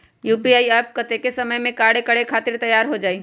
UPI app कतेइक समय मे कार्य करे खातीर तैयार हो जाई?